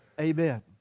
Amen